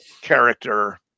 character